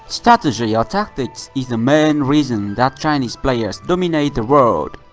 strategy or tactics is the main reason that chinese players dominate the world.